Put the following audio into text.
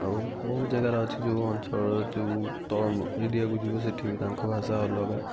ଆଉ ବହୁତ ଜାଗାରେ ଅଛି ଯେଉଁ ଅଞ୍ଚଳ ଯେଉଁ ତଳ ଏରିଆକୁ ଯିବ ସେଇଠି ବି ତାଙ୍କ ଭାଷା ଅଲଗା